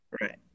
Right